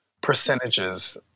percentages